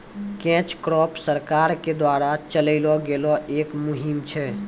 catch कॉर्प सरकार के द्वारा चलैलो गेलो एक मुहिम छै